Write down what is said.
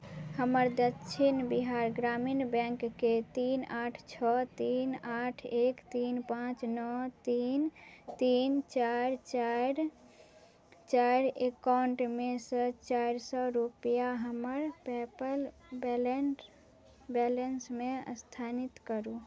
हमर दक्षिण बिहार ग्रामीण बैंकके तीन आठ छओ तीन आठ एक तीन पाँच नओ तीन तीन चारि चारि चारि एकाउंटमे सँ चारि सओ रुपैआ हमर पे पल बैलें बैलेंसमे स्थानित करू